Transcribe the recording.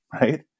right